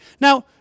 Now